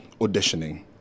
auditioning